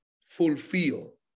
fulfill